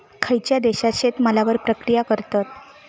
खयच्या देशात शेतमालावर प्रक्रिया करतत?